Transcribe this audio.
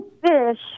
Fish